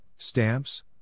stamps